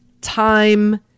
time